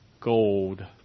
Gold